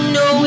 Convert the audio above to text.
no